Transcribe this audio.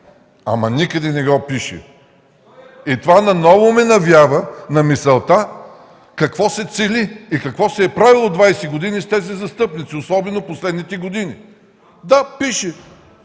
ДИМИТЪР ЛАЗАРОВ: Това наново ме навява на мисълта какво се цели и какво се е правило 20 години с тези застъпници, особено последните години. Да, пише,